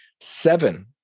seven